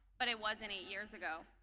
but it wasn't eight years ago.